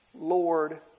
Lord